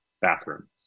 bathroom